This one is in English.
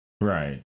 Right